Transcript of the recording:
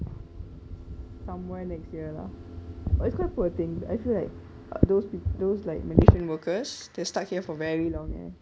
somewhere next year lah but it's quite a poor thing I feel like those peo~ those like malaysian workers they stuck here for very long eh